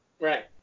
Right